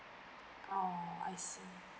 oh I see